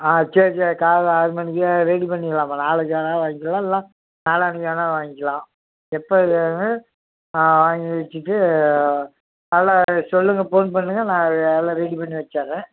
ஆ சரி சரி காலையில் ஆறுமணிக்கு ரெடி பண்ணிரலாமா நாளைக்கு வேணா வாங்கிக்கலாம் இல்லை நாளான்னைக்கு வேணா வாங்கிக்கலாம் எப்போ இது வேணும் ஆ வாங்கி வச்சிவிட்டு நல்லா சொல்லுங்கள் ஃபோன் பண்ணுங்கள் நான் அதை எல்லாம் ரெடிப்பண்ணி வச்சிடுறேன்